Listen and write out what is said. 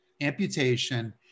amputation